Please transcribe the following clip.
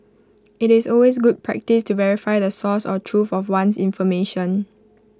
IT is always good practice to verify the source or truth of one's information